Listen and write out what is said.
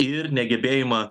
ir negebėjimą